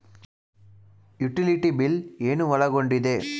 Utility bill ಏನು ಒಳಗೊಂಡಿದೆ?